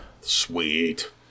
Sweet